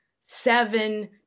seven